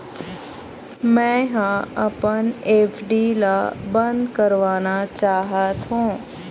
मै ह अपन एफ.डी ला अब बंद करवाना चाहथों